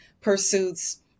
pursuits